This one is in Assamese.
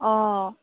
অঁ